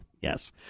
yes